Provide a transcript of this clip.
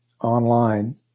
online